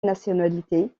nationalité